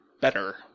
better